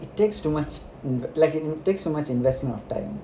it takes too much like it takes so much investment of time